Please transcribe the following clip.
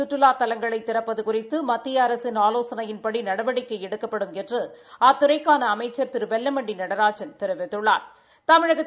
சுற்றுலாத் தலங்களை திறப்பது குறிதது மத்திய அரசு ஆலோசனையின்படி நடவடிக்கை எடுக்கப்படும் என்று அத்துறைக்கான அமைச்சர் திரு வெள்ளமண்டி நடராஜன் தெரிவித்துள்ளாா்